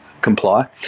comply